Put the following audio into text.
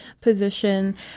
position